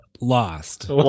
lost